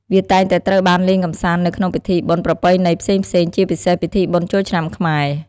វាតែងតែត្រូវបានលេងកម្សាន្តនៅក្នុងពិធីបុណ្យប្រពៃណីផ្សេងៗ ជាពិសេសពិធីបុណ្យចូលឆ្នាំខ្មែរ។